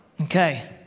okay